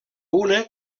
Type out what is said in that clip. una